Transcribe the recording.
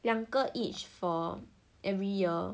两个 each for every year